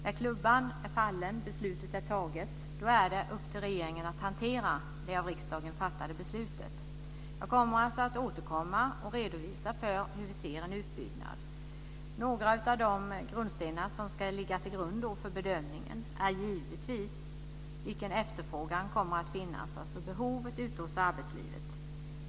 När klubban har fallit, beslutet är fattat är det upp till regeringen att hantera det av riksdagen fattade beslutet. Jag kommer alltså att återkomma och redovisa hur vi ser en utbyggnad. Några av de grundstenar som ska ingå i bedömningen är givetvis vilken efterfrågan som kommer att finnas, alltså behovet ute i arbetslivet.